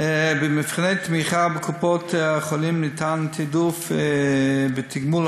במבחני תמיכה בקופות-החולים ניתן תעדוף בתגמול